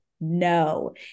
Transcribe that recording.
no